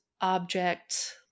object